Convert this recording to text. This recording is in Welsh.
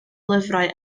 lyfrau